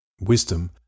Wisdom